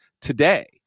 today